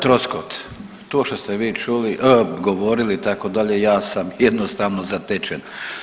G. Troskot, to što ste vi čuli, govorili, itd., ja sam jednostavno zatečen.